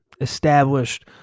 established